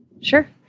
Sure